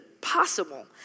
possible